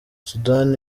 sudani